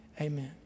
Amen